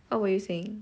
what were you saying